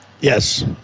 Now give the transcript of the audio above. Yes